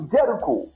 Jericho